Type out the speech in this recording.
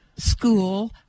School